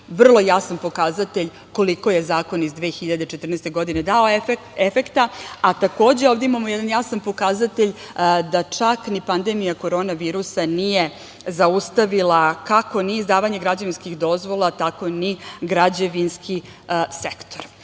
vrlo jasan pokazatelj koliko je zakon iz 2014. godine dao efekta. Takođe, ovde imamo jedan jasan pokazatelj da čak ni pandemija korona virusa nije zaustavila kako ni izdavanje građevinskih dozvola, tako ni građevinski sektor. Ono